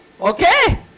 Okay